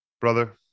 Brother